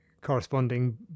corresponding